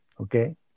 Okay